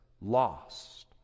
lost